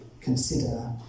consider